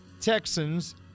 Texans